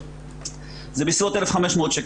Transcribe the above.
זה בסביבות 1,500 שקל.